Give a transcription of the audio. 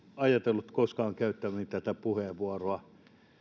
ajatellut koskaan käyttäväni tätä puheenvuoroa